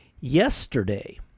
yesterday